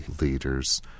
leaders